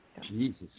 Jesus